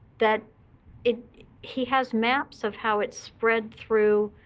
that it he has maps of how it spread through